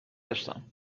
داشتم